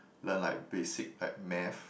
learn like basic like math